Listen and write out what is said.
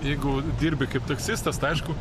jeigu dirbi kaip taksistas tai aišku